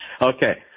Okay